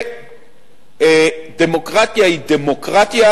ודמוקרטיה היא דמוקרטיה,